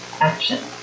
action